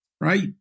right